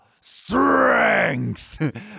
strength